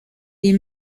est